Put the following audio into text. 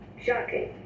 Shocking